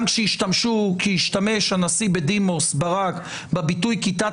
גם כשהשתמש הנשיא בדימוס ברק בביטוי כיתת